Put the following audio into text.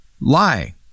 lie